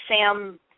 Sam